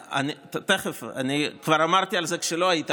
אני שמח שאתם לא מערערים על כך שזה הופנה לוועדת כספים.